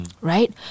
right